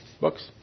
books